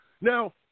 Now